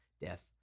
death